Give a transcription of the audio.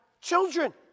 children